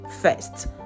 First